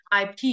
IP